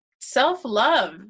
self-love